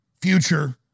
future